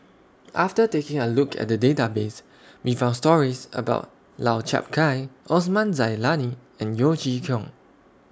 after taking A Look At The Database We found stories about Lau Chiap Khai Osman Zailani and Yeo Chee Kiong